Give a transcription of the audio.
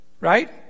right